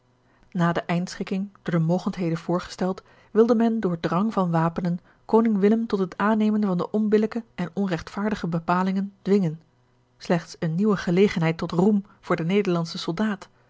na de eindschikking door de mogendheden voorgesteld wilde men door drang van wapenen koning willem tot het aannemen van de onbillijke en onregtvaardige bepalingen dwingen slechts eene nieuwe gelegenheid tot roem voor den nederlandschen soldaat